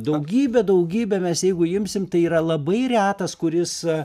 daugybę daugybę mes jeigu imsim tai yra labai retas kuris